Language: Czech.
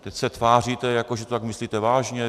Teď se tváříte, že to myslíte vážně.